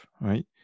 right